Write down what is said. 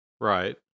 right